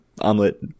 omelet